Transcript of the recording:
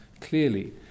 clearly